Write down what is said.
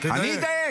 350. קניתי, קניתי.